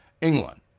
England